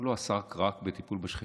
הוא לא עסק רק בטיפול בשחיתות,